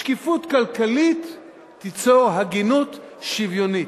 שקיפות כלכלית תיצור הגינות שוויונית.